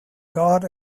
guard